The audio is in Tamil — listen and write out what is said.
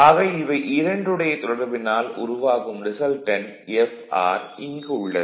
ஆக இவை இரண்டுடைய தொடர்பினால் உருவாகும் ரிசல்டன்ட் Fr இங்கு உள்ளது